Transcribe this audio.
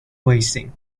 wasting